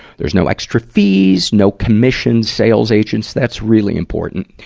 there's no extra fees, no commission sales agents that's really important.